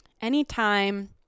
Anytime